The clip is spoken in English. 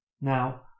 Now